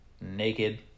naked